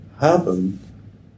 happen